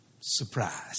surprise